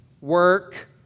work